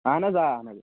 اَہَن حظ آ